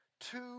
two